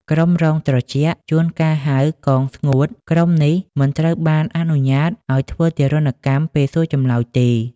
ក្រុមរងត្រជាក់ (ជួនកាលហៅ កងស្ងួត) ក្រុមនេះ មិនត្រូវបានអនុញ្ញាតឱ្យធ្វើទារុណកម្ម ពេលសួរចម្លើយទេ។